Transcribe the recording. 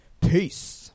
peace